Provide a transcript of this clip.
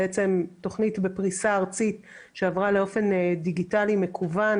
תכנית בפריסה ארצית שעברה לאופן דיגיטלי מקוון